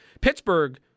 Pittsburgh